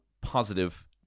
positive